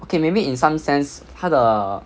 okay maybe in some sense 他的